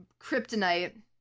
kryptonite